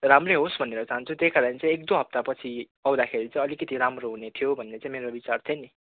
राम्रै होस् भनेर चाहन्छु त्यही कारण चाहिँ एक दुई हप्तापछि आउँदाखेरि चाहिँ अलिकति राम्रो हुनेथियो भन्ने चाहिँ मेरो विचार थियो नि